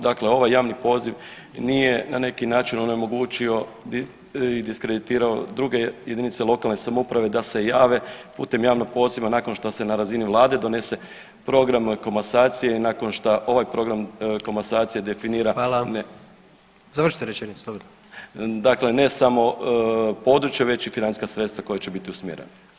Dakle, ovaj javni poziv nije na neki način onemogućio i diskreditirao druge jedinice lokalne samouprave da se jave putem javnog poziva nakon što se na razini vlade donese program komasacije i nakon što ovaj program komasacije definira [[Upadica: Hvala, završite rečenicu slobodno.]] dakle ne samo područje već i financijska sredstva koja će biti usmjerena.